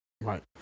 Right